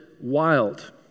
wild